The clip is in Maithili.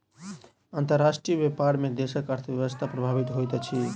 अंतर्राष्ट्रीय व्यापार में देशक अर्थव्यवस्था प्रभावित होइत अछि